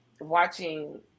watching